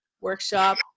workshop